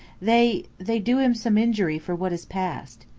they they do him some injury for what has passed.